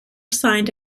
signed